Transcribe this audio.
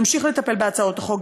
נמשיך לטפל בהצעות חוק,